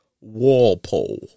Walpole